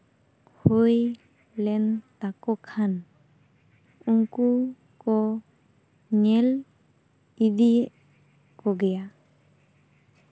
ᱦᱳᱭ ᱞᱮᱱ ᱛᱟᱠᱚ ᱠᱷᱟᱱ ᱩᱱᱠᱩ ᱠᱚ ᱧᱮᱞ ᱤᱫᱤᱭᱮᱜ ᱠᱚᱜᱮᱭᱟ